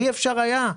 אי אפשר היה.